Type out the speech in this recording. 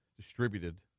distributed